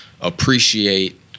appreciate